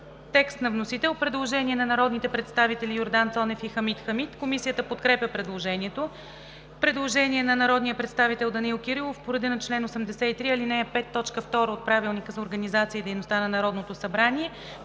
текст на вносител – предложение на народните представители Йордан Цонев и Хамид Хамид. Комисията подкрепя предложението. Предложение на народния представител Данаил Кирилов по реда на чл. 83, ал. 5, т. 2 от Правилника за организацията и дейността на Народното събрание.